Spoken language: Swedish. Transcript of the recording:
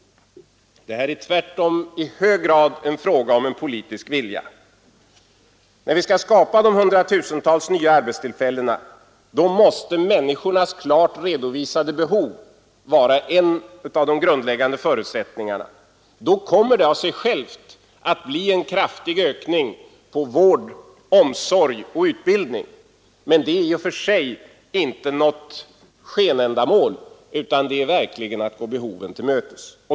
Det här är tvärtom i hög grad fråga om politisk vilja. När vi skall skapa de hundratusentals nya arbetstillfällena, då måste människornas klart redovisade behov vara en av de grundläggande förutsättningarna. Då kommer det av sig självt att bli en kraftig ökning på vård, omsorg och utbildning, men det är i och för sig inte något skenändamål, utan det är verkligen att gå behoven till mötes.